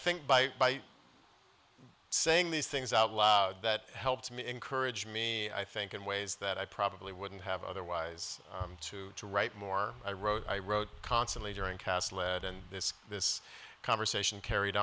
think by saying these things out that helped me encourage me i think in ways that i probably wouldn't have otherwise to to write more i wrote i wrote constantly during cast lead and this this conversation carried